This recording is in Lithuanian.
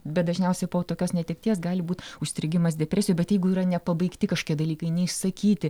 bet dažniausiai po tokios netekties gali būt užstrigimas depresijoj bet jeigu yra nepabaigti kažkokie dalykai neišsakyti